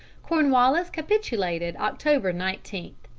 cornwallis capitulated october nineteen.